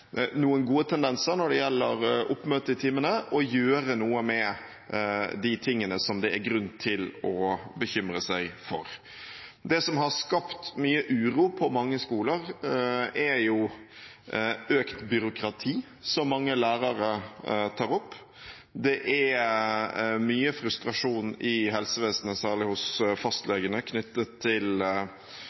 noen gode tendenser når det gjelder oppmøte i timene, og gjøre noe med de tingene som det er grunn til å bekymre seg for? Det som har skapt mye uro på mange skoler, er økt byråkrati, som mange lærere tar opp. Det er mye frustrasjon i helsevesenet, særlig hos fastlegene, knyttet til